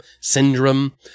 Syndrome